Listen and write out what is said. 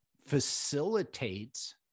facilitates